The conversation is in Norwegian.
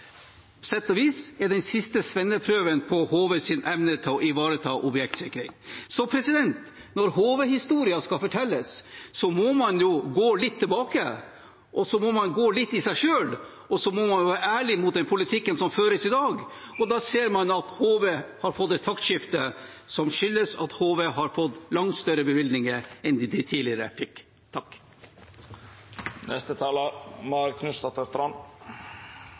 sett og vis er den siste svenneprøven på HVs evne til å ivareta objektsikring. Så når HV-historien skal fortelles, må man gå litt tilbake og gå litt i seg selv, og så må man være ærlig mot den politikken som føres i dag. Da ser man at HV har fått et taktskifte, som skyldes at HV har fått langt større bevilgninger enn de fikk tidligere.